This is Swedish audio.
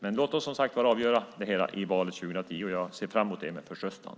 Men låt oss som sagt avgöra det här i valet 2010. Jag ser fram emot det med förtröstan.